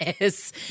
Yes